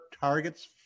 targets